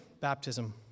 baptism